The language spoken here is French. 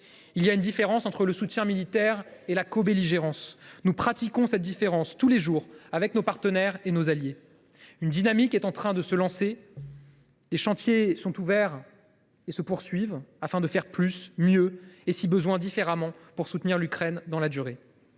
Il y a une différence entre le soutien militaire et la cobelligérance. Nous pratiquons cette différence tous les jours, avec nos partenaires et nos alliés. Une dynamique est en train de se lancer depuis les chantiers ouverts à Paris, afin de faire plus, mieux et, si besoin, différemment pour soutenir l’Ukraine dans la durée.